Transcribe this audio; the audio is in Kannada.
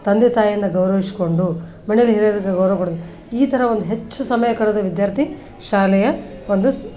ತಂದೆ ತಾಯಿಯನ್ನ ಗೌರವಿಸ್ಕೊಂಡು ಮನೇಲಿ ಹಿರಿಯರಿಗೆ ಗೌರವ ಕೊಡೋದು ಈ ಥರ ಒಂದು ಹೆಚ್ಚು ಸಮಯ ಕಳೆದ ವಿದ್ಯಾರ್ಥಿ ಶಾಲೆಯ ಒಂದು